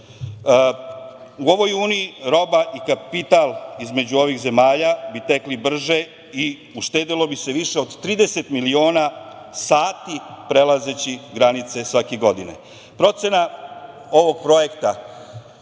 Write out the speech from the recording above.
U ovoj uniji roba i kapital između ovih zemalja bi tekli brže i uštedelo bi se više od 30 miliona sati prelazeći granice svake godine. Procena ovog projekta